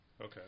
Okay